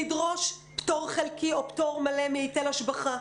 לדרוש פטור חלקי או פטור מלא מהיטל השבחה,